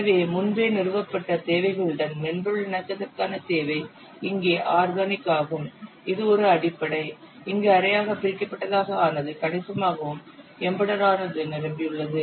எனவே முன்பே நிறுவப்பட்ட தேவைகளுடன் மென்பொருள் இணக்கத்திற்கான தேவை இங்கே ஆர்கானிக் ஆகும் இது ஒரு அடிப்படை இங்கு அரையாக பிரிக்கப்பட்டதாக ஆனது கணிசமாகவும் எம்பெடெட் ஆனது நிரம்பியுள்ளது